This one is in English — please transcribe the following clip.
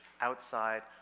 outside